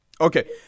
Okay